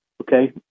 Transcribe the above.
okay